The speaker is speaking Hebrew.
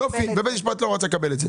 יופי, בית משפט לא רצה לקבל את זה.